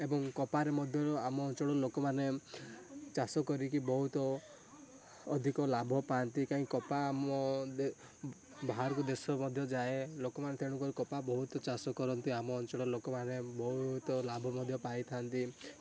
ଏବଂ କପାରେ ମଧ୍ୟ ଆମ ଅଞ୍ଚଳର ଲୋକମାନେ ଚାଷ କରିକି ବହୁତ ଅଧିକ ଲାଭ ପାଆନ୍ତି କାହିଁକି କପା ଆମ ବାହାରୁକୁ ଦେଶ ମଧ୍ୟ ଯାଏ ଲୋକମାନେ ତେଣୁ କରି କପା ବହୁତ ଚାଷ କରନ୍ତି ଆମ ଅଞ୍ଚଳର ଲୋକମାନେ ବହୁତ ଲାଭ ମଧ୍ୟ ପାଇଥାନ୍ତି